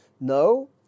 No